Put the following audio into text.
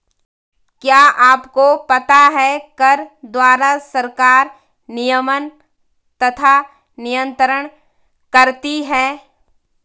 क्या आपको पता है कर द्वारा सरकार नियमन तथा नियन्त्रण करती है?